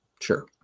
Sure